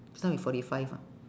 just now we forty five ah